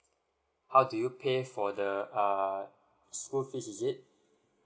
how do you pay for the uh school fees is it